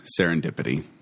Serendipity